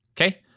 Okay